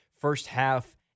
first-half